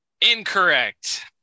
incorrect